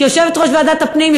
כיושבת-ראש ועדת הפנים,